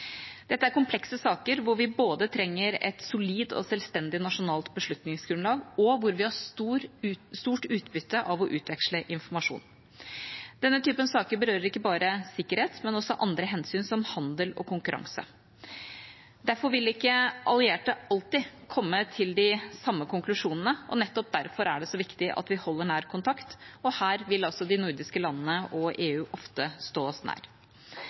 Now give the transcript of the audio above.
Dette er komplekse saker hvor vi både trenger et solid og selvstendig nasjonalt beslutningsgrunnlag, og hvor vi har stort utbytte av å utveksle informasjon. Denne typen saker berører ikke bare sikkerhet, men også andre hensyn som handel og konkurranse. Derfor vil ikke allierte alltid komme til de samme konklusjonene, og nettopp derfor er det så viktig at vi holder nær kontakt, og her vil altså de nordiske landene og EU ofte stå oss nær.